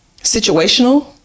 situational